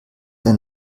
eine